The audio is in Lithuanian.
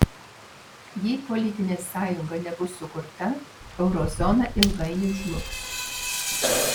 jei politinė sąjunga nebus sukurta euro zona ilgainiui žlugs